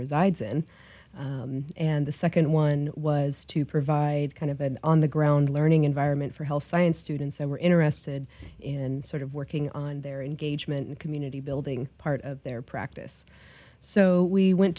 resides and and the second one was to provide kind of an on the ground learning environment for health science students that were interested in sort of working on their engagement community building part of their practice so we went